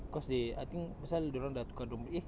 cause they I think pasal dia orang dah tukar dom~ eh